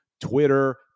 Twitter